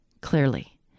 Clearly